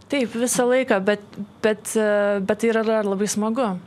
taip visą laiką bet bet bet tai yra dar labai smagu